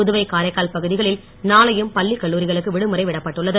புதுவை காரைக்கால் பகுதிகளில் நாளையும் பள்ளிக் கல்லூரிகளுக்கு விடுமுறை விடப்பட்டுள்ளது